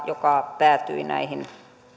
joka päätyi näihin